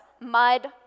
mud